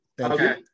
okay